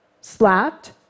slapped